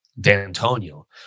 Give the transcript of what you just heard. D'Antonio